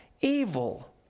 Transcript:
evil